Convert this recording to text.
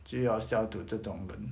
就要 sell to 这种的